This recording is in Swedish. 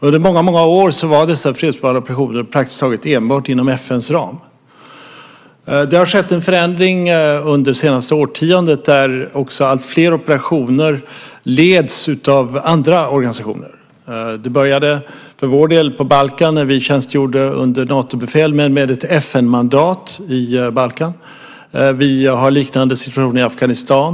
Under många år skedde dessa fredsbevarande operationer praktiskt taget enbart inom FN:s ram. Det har under det senaste årtiondet skett en förändring där alltfler operationer leds av andra organisationer. För vår del började det på Balkan när vi tjänstgjorde där under Natobefäl men med ett FN-mandat. Vi har en liknande situation i Afghanistan.